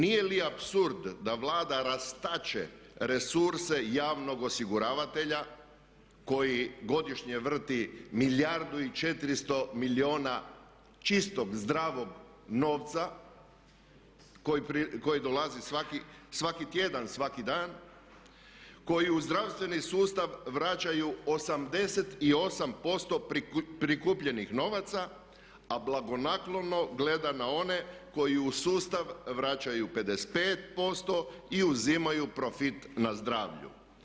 Nije li apsurd da Vlada rastače resurse javnog osiguravatelja koji godišnje vrti 1 milijardu i 400 milijuna čistog zdravog novca koji dolazi svaki tjedan, svaki dan, koji u zdravstveni sustav vraćaju 88% prikupljenih novaca, a blagonaklono gleda na one koji u sustav vraćaju 55% i uzimaju profit na zdravlju?